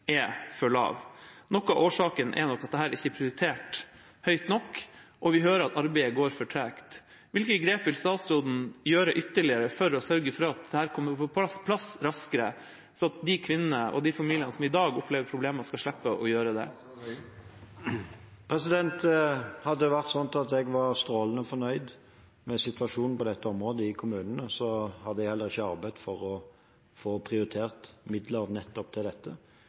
er for lav. Noe av årsaken er nok at dette ikke er prioritert høyt nok, og vi hører at arbeidet går for tregt. Hvilke ytterligere grep vil statsråden ta for å sørge for at dette kommer raskere på plass, slik at de kvinnene og de familiene som i dag opplever problemer, skal slippe å gjøre det? Hadde jeg vært strålende fornøyd med situasjonen på dette området i kommunene, hadde jeg heller ikke arbeidet for å få prioriterte midler til nettopp dette.